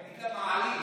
תגיד לה מעליש.